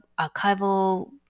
archival